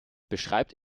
beschreibt